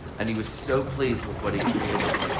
and he was so pleased with what he created.